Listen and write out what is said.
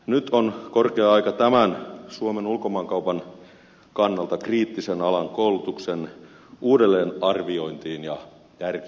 nyt on korkea aika tämän suomen ulkomaankaupan kannalta kriittisen alan koulutuksen uudelleenarviointiin ja järkiperäistämiseen